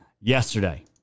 yesterday